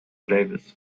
davis